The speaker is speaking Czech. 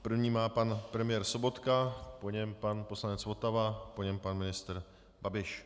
První má pan premiér Sobotka, po něm pan poslanec Votava, po něm pan ministr Babiš.